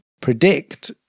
predict